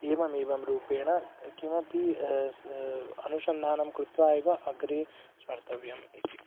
एवमेवं रूपेण किमपि सः अनुसन्धानं कृत्वा एव अग्रे स्मर्तव्यम् इति